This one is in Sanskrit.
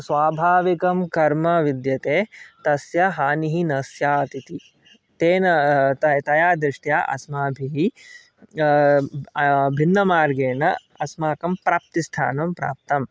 स्वाभाविकं कर्म विद्यते तस्य हानिः न स्यात् इति तेन तया दृष्ट्या अस्माभिः भिन्नमार्गेण अस्माकं प्राप्तिस्थानं प्राप्तम्